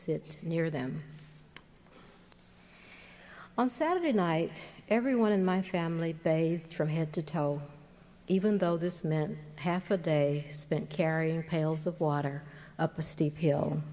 sit near them on saturday night everyone in my family bays from head to toe even though this meant half a day spent carrying pails of water up a steep hill